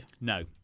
No